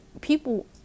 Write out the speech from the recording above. people